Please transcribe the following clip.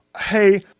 hey